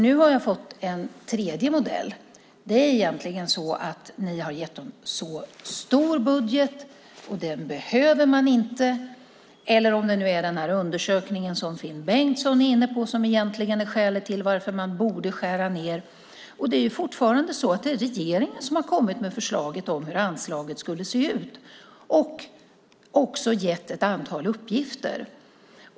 Nu har jag fått en tredje modell som svar. Egentligen har ni gett dem en så stor budget att man inte behöver den. Eller också är det den undersökning som Finn Bengtsson var inne på som egentligen är skälet till att man borde skära ned. Men det är fortfarande regeringen som har kommit med förslaget om hur anslaget skulle se ut och också gett ett antal uppgifter.